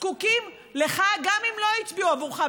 זקוקים לך גם אם לא הצביעו עבורך.